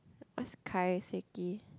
what's kaiseki